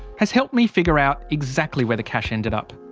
has helped me figure out exactly where the cash ended up.